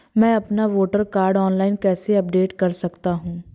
मैं अपना voter card online कैसे अपलोड कर सकता हूँ?